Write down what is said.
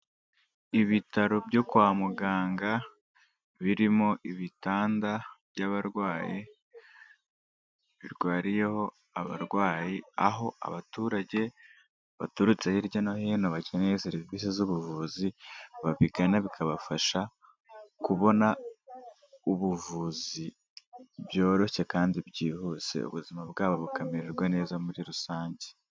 Ibitaro byo kwa muganga birimo ibitanda by'abarwayi, birwariyeho abarwayi, aho abaturage baturutse hirya no hino bakeneye serivisi z'ubuvuzi, babigana bikabafasha kubona ubuvuzi byoroshye kandi byihuse ubuzima bwabo bukamererwa neza muri rusange.